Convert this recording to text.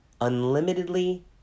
unlimitedly